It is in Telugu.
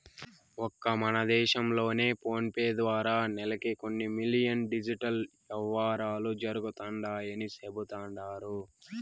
ఒక్క మన దేశం లోనే ఫోనేపే ద్వారా నెలకి కొన్ని మిలియన్ డిజిటల్ యవ్వారాలు జరుగుతండాయని సెబుతండారు